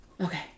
Okay